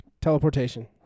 teleportation